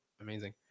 Amazing